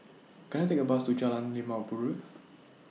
Can I Take A Bus to Jalan Limau Purut